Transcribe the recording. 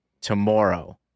tomorrow